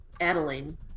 Adeline